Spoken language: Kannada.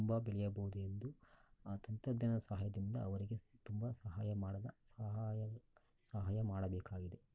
ತುಂಬ ಬೆಳೆಯಬಹುದು ಎಂದು ತಂತ್ರಜ್ಞಾನ ಸಹಾಯದಿಂದ ಅವರಿಗೆ ತುಂಬ ಸಹಾಯ ಮಾಡಲು ಸಹಾಯ ಸಹಾಯ ಮಾಡಬೇಕಾಗಿದೆ